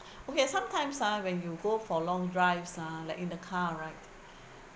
okay sometimes ah when you go for long drives ah like in the car right